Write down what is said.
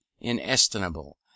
inestimable